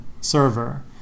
server